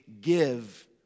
give